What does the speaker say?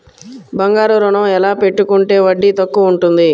బంగారు ఋణం ఎలా పెట్టుకుంటే వడ్డీ తక్కువ ఉంటుంది?